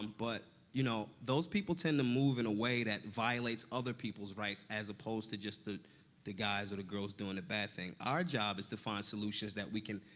but, you know, those people tend to move in a way that violates other people's rights, as opposed to just the the guys or the girls doing the bad things. our job is to find solutions that we can,